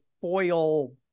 foil